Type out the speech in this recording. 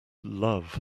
love